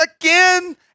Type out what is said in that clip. again